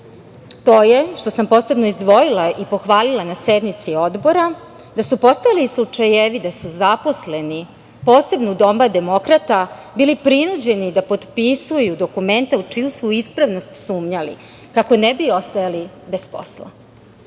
to je, što sam posebno izdvojila i pohvalila na sednici odbora, da su postojali slučajevi da su zaposleni, posebno u doba demokrata, bili prinuđeni da potpisuju dokumenta u čiju su ispravnost sumnjali, kako ne bi ostajali bez posla.